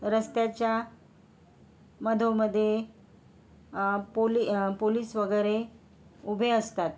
रस्त्याच्या मधोमध पोली पोलीस वगैरे उभे असतात